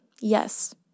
yes